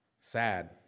Sad